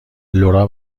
لورا